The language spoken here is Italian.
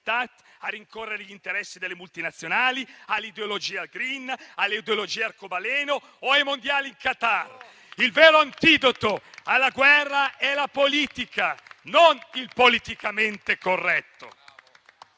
a rincorrere gli interessi delle multinazionali, all'ideologia *green*, alle ideologie arcobaleno a ai mondiali in Qatar. Il vero antidoto alla guerra è la politica, non il politicamente corretto.